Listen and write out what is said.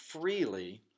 freely